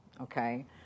Okay